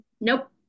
Nope